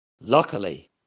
Luckily